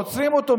עוצרים אותו,